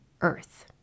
earth